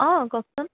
অঁ কওকচোন